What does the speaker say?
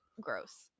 gross